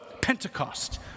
Pentecost